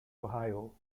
ohio